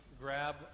grab